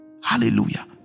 Hallelujah